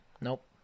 Nope